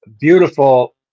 beautiful